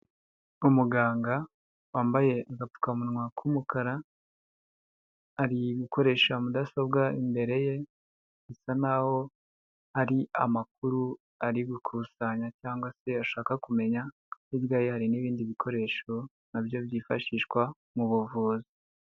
Umuganga wambaye agapfukamunwa k'umukara, ari gukoresha mudasobwa imbere ye bisa nk'aho ari amakuru ari gukusanya cyangwa se ashaka kumenya, hirya ye hari n'ibindi bikoresho na byo byifashishwa mu buvuzi.